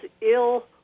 ill